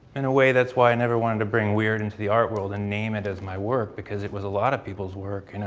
in a way, that's why i never wanted to bring wierd into the art world and name it as my work because it was a lot of people's work.